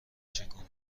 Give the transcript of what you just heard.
چکونی